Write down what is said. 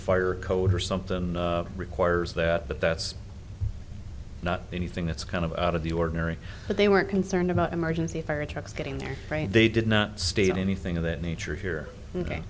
fire code or something requires that but that's not anything that's kind of out of the ordinary but they were concerned about emergency fire trucks getting there they did not state anything of that nature here